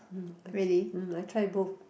mm i mm I try both